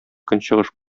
көнчыгыш